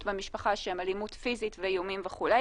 במשפחה שהם אלימות פיזית ואיומים וכו'.